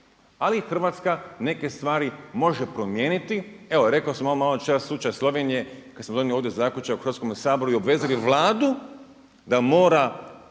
ali Hrvatska neke stvari može promijeniti. Evo rekao sam maločas slučaj Slovenije kada smo donijeli ovdje zaključak u Hrvatskome saboru i obvezali Vladu da mora